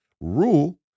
rule